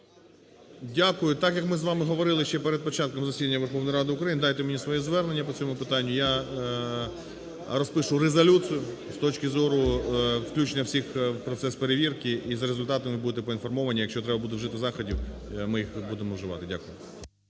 Дякую. Так як ми з вами говорили ще перед початком засідання Верховної Ради України, дайте мені своє звернення по цьому питанню. Я розпишу резолюцію з точки зору включення всіх в процес перевірки. І за результатами будете поінформовані. Якщо треба буде вжити заходів, ми їх будемо вживати. Дякую.